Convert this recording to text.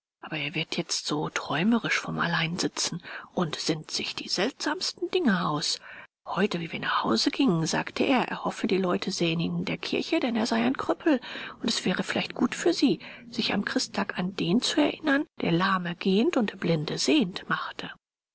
aber er wird jetzt so träumerisch vom alleinsitzen und sinnt sich die seltsamsten dinge aus heute wie wir nach haus gingen sagte er er hoffe die leute sähen ihn in der kirche denn er sei ein krüppel und es wäre vielleicht gut für sie sich am christtag an den zu erinnern der lahme gehend und blinde sehend machte